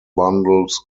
bundles